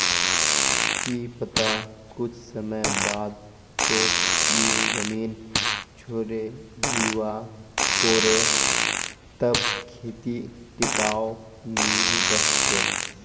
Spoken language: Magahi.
की पता कुछ समय बाद तोक ई जमीन छोडे जीवा पोरे तब खेती टिकाऊ नी रह छे